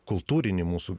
kultūrinį mūsų